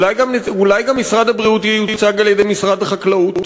אולי גם משרד הבריאות ייוצג על ידי משרד החקלאות?